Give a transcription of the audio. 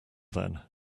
then